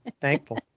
thankful